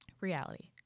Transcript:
reality